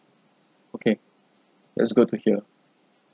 okay that's good to hear